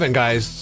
guys